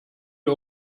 wir